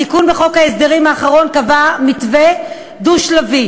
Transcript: התיקון בחוק ההסדרים האחרון קבע מתווה דו-שלבי.